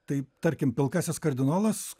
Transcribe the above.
tai tarkim pilkasis kardinolas